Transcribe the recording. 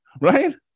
right